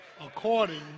according